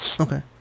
Okay